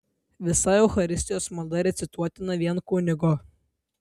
visa eucharistijos malda recituotina vien kunigo